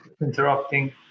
interrupting